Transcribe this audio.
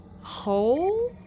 Hole